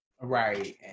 right